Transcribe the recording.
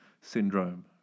syndrome